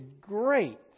great